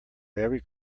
every